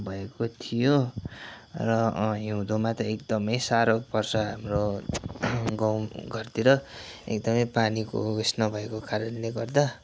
भएको थियो र हिउँदमा त एकदमै साह्रो पर्छ हाम्रो गाउँ घरतिर एकदमै पानीको उयेस नभएको कारणले गर्दा